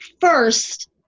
first